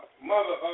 Mother